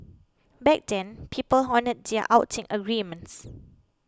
back then people honoured their outing agreements